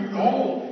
gold